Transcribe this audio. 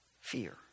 fear